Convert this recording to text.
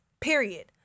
period